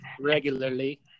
regularly